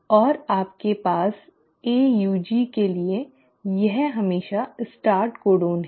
और आपके पास AUG के लिए यह हमेशा स्टार्ट कोडन है